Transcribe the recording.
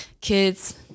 kids